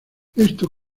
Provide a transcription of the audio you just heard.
esto